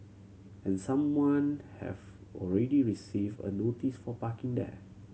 and someone have already received a notice for parking there